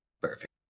Perfect